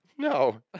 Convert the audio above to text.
No